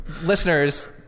listeners